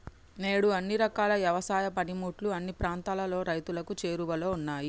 నేడు అన్ని రకాల యవసాయ పనిముట్లు అన్ని ప్రాంతాలలోను రైతులకు చేరువలో ఉన్నాయి